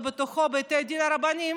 ובתוכו בתי הדין הרבניים,